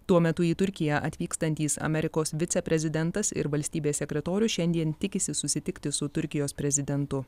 tuo metu į turkiją atvykstantys amerikos viceprezidentas ir valstybės sekretorius šiandien tikisi susitikti su turkijos prezidentu